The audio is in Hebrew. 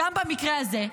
גם במקרה הזה,